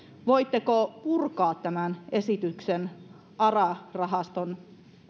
voitteko purkaa tämän esityksen ara rahaston